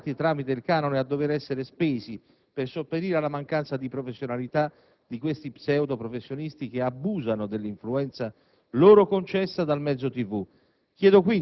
versati tramite il canone, a dover essere spesi per sopperire alla mancanza di professionalità di questi pseudoprofessionisti che abusano dell'influenza loro concessa dal mezzo